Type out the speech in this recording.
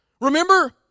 Remember